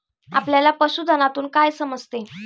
आपल्याला पशुधनातून काय समजते?